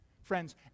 Friends